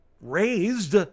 raised